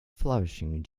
flourishing